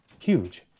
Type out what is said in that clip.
huge